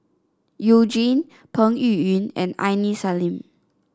You Jin Peng Yuyun and Aini Salim